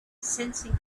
sensing